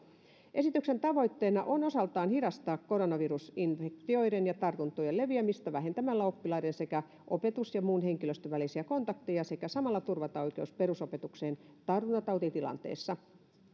esityksen tavoitteena on osaltaan hidastaa koronavirusinfektioiden ja tartuntojen leviämistä vähentämällä oppilaiden sekä opetus ja muun henkilöstön välisiä kontakteja sekä samalla turvata oikeus perusopetukseen tartuntatautitilanteessa